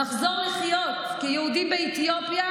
נחזור לחיות כיהודים באתיופיה,